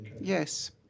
Yes